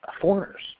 foreigners